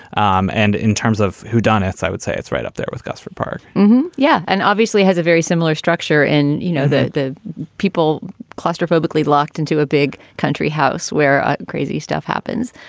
um and in terms of whodunits, i would say it's right up there with gosford park yeah. and obviously has a very similar structure. and you know that the people claustrophobic lead locked into a big country house where crazy stuff happens.